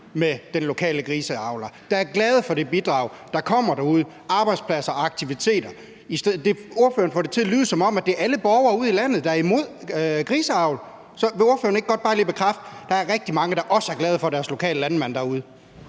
med den lokale griseavler; der er glade for det bidrag, der kommer derude: arbejdspladser og aktiviteter. Ordføreren får det til at lyde, som om det er alle borgere ude i landet, der er imod griseavl. Vil ordføreren ikke godt bare lige bekræfte, at der er rigtig mange, der også er glade for deres lokale landmand derude?